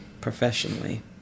professionally